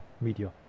media